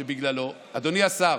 אדוני השר,